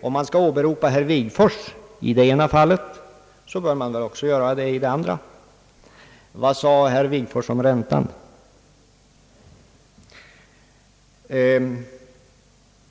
Om man skall åberopa herr Wigforss i det ena fallet bör man också göra det i det andra. Vad sade herr Wigforss om räntan?